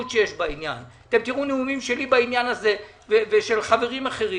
שיש בעניין תראו נאומים שלי ושל חברים אחרים בעניין.